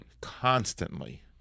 constantly